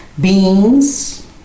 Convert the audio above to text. beans